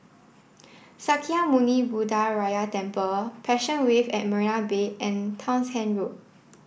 Sakya Muni Buddha Gaya Temple Passion Wave at Marina Bay and Townshend Road